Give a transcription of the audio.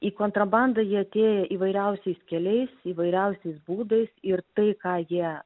į kontrabandą jie atėję įvairiausiais keliais įvairiausiais būdais ir tai ką jie